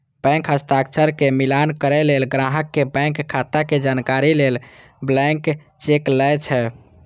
bank हस्ताक्षर के मिलान करै लेल, ग्राहक के बैंक खाता के जानकारी लेल ब्लैंक चेक लए छै